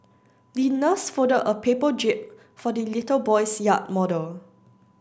the nurse folded a paper jib for the little boy's yacht model